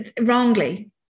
wrongly